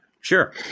Sure